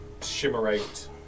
shimmerate